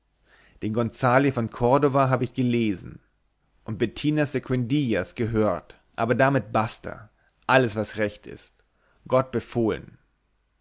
den gonzalvo von cordova habe ich gelesen und bettinas seguidillas gehört aber damit basta alles was recht ist gott befohlen